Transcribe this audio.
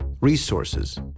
resources